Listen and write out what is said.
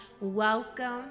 welcome